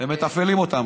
הן מתפעלות אותם.